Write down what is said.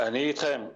אני אתכם.